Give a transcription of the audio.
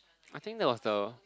I think that was the